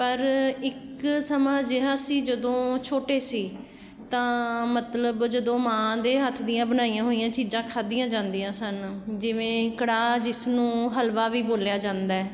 ਪਰ ਇੱਕ ਸਮਾਂ ਅਜਿਹਾ ਸੀ ਜਦੋਂ ਛੋਟੇ ਸੀ ਤਾਂ ਮਤਲਬ ਜਦੋਂ ਮਾਂ ਦੇ ਹੱਥ ਦੀਆਂ ਬਣਾਈਆਂ ਹੋਈਆਂ ਚੀਜ਼ਾਂ ਖਾਧੀਆਂ ਜਾਂਦੀਆਂ ਸਨ ਜਿਵੇਂ ਕੜਾਹ ਜਿਸਨੂੰ ਹਲਵਾ ਵੀ ਬੋਲਿਆ ਜਾਂਦਾ